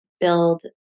build